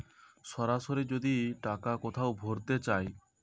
সরাসরি যদি টাকা কোথাও ভোরতে চায়